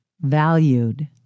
valued